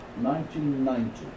1990